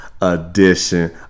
edition